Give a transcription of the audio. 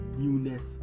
newness